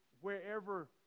wherever